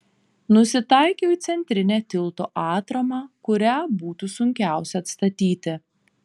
nusitaikiau į centrinę tilto atramą kurią būtų sunkiausia atstatyti